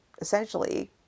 essentially